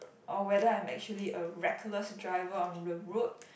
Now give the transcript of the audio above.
or whether I'm actually a reckless driver on the road